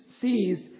seized